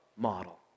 model